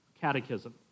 catechism